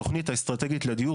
בתוכנית האסטרטגית לדיור,